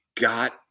got